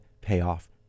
payoff